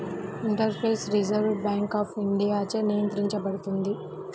interface reserve bank of ఇండియాచే నియంత్రించబడుతుంది